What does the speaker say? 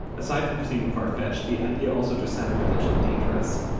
aside from seeming far-fetched, the idea also just sounded potentially dangerous,